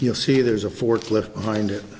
you'll see there's a forklift behind